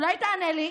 אולי תענה לי?